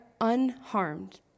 unharmed